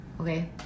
Okay